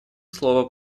слова